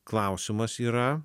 klausimas yra